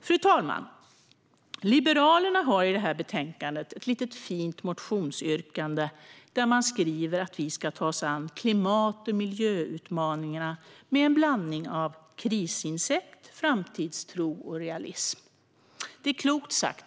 Fru talman! Liberalerna har i betänkandet en fin motion där man yrkar att vi ska ta oss an klimat och miljöutmaningarna med en blandning av krisinsikt, framtidstro och realism. Det är klokt sagt.